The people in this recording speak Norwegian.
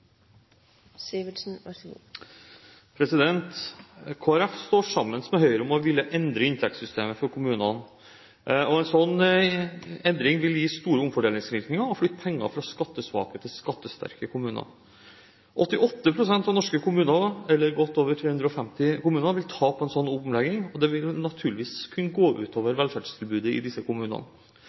står sammen med Høyre om å ville endre inntektssystemet for kommunene. En sånn endring vil gi store omfordelingsvirkninger og flytte penger fra skattesvake til skattesterke kommuner. 88 pst. av norske kommuner – godt over 350 kommuner – vil tape på en sånn omlegging, og det vil naturligvis kunne gå ut over velferdstilbudet i disse kommunene.